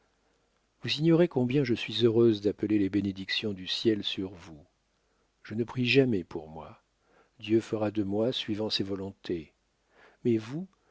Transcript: vous ignorez combien je suis heureuse d'appeler les bénédictions du ciel sur vous je ne prie jamais pour moi dieu fera de moi suivant ses volontés mais vous